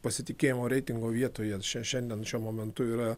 pasitikėjimo reitingo vietoje šia šiandien šiuo momentu yra